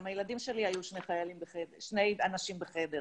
גם הילדים שלי היו שני אנשים בחדר.